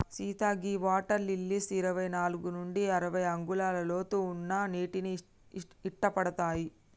సీత గీ water lilies ఇరవై నాలుగు నుండి అరవై అంగుళాల లోతు ఉన్న నీటిని ఇట్టపడతాయి